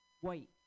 white